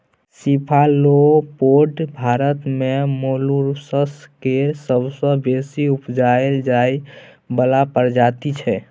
cephalopod Bharat मे molluscs केर सबसँ बेसी उपजाएल जाइ बला प्रजाति छै